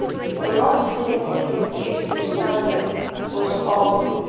he could not see me till easter sunday was over.